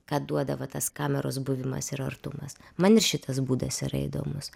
ką duodavo tas kameros buvimas ir artumas man ir šitas būdas yra įdomus